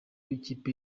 w’ikipe